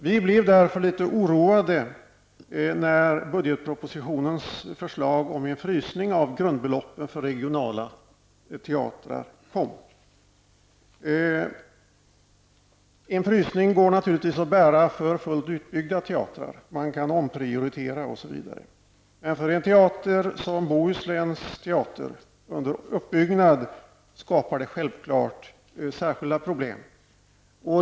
Vi blev därför litet oroade över budgetpropositionens förslag om en frysning av grundbeloppen när det gäller regionala teatrar. En frysning går naturligtvis att bära för fullt utbyggda teatrar -- man kan ju alltid omprioritera. Men för en sådan teater som Bohusläns teater, som är under uppbyggnad, skapar en frysning självfallet särskilda problem.